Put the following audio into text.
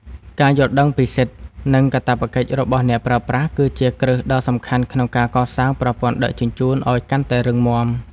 ការយល់ដឹងពីសិទ្ធិ និងកាតព្វកិច្ចរបស់អ្នកប្រើប្រាស់ គឺជាគ្រឹះដ៏សំខាន់ក្នុងការកសាងប្រព័ន្ធដឹកជញ្ជូនឱ្យកាន់តែរឹងមាំ។